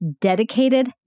dedicated